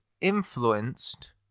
influenced